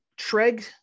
Treg